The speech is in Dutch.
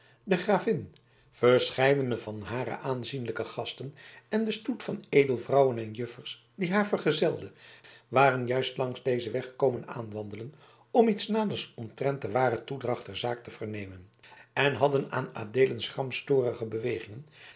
de gravin verscheidene van hare aanzienlijke gasten en de stoet van edelvrouwen en juffers die haar vergezelde waren juist langs dezen weg komen aanwandelen om iets naders omtrent de ware toedracht der zaak te vernemen en hadden aan adeelens gramstorige bewegingen